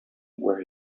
where